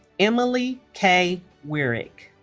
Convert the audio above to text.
emily k. wirick